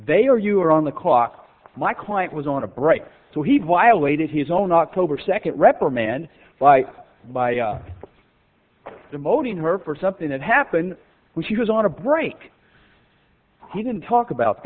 they are you are on the clock my client was on a bright so he violated his own october second reprimand by by demoting her for something that happened when she was on a break he can talk about